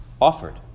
offered